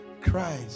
Christ